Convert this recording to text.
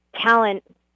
talent